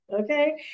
Okay